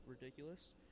ridiculous